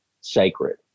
sacred